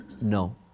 No